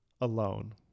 alone